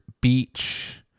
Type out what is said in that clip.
beach